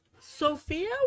Sophia